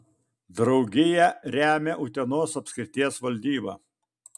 draugiją remia utenos apskrities valdyba